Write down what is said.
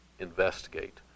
Investigate